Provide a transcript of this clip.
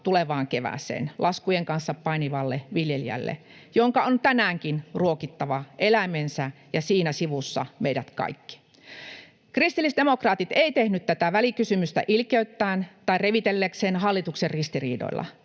tulevaan kevääseen laskujen kanssa painivalle viljelijälle, jonka on tänäänkin ruokittava eläimensä ja siinä sivussa meidät kaikki. Kristillisdemokraatit ei tehnyt tätä välikysymystä ilkeyttään tai revitelläkseen hallituksen ristiriidoilla.